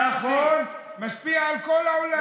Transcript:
נכון, משפיע על כל העולם.